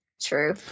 True